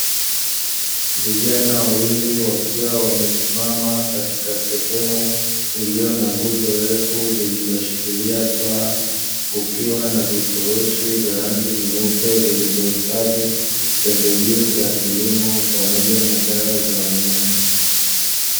Vijana wawili wakiwa wamesimama katika sehemu iliyo na nguzo refu lililoshikilia paa, kukiwa na vifurushi vya rangi nyeusi vilivyohifadhi pembejeo za kilimo pamoja na dawa za wanyama.